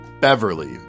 Beverly